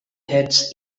heads